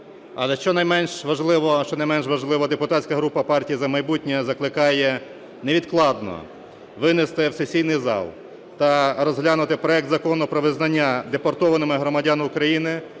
Але що не менш важливо, депутатська група "Партія "За майбутнє" закликає невідкладно винести в сесійний зал та розглянути проект Закону про визнання депортованими громадян України,